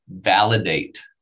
validate